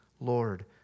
Lord